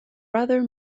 rather